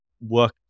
work